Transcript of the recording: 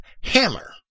hammer